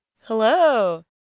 Hello